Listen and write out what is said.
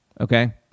Okay